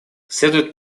следует